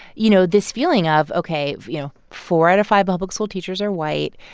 you know, this feeling of, ok, you know, four out of five public school teachers are white,